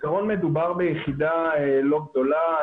בעיקרון מדובר ביחידה לא גדולה,